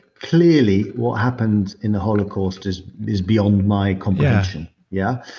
clearly, what happened in the holocaust is is beyond my comprehension, yeah?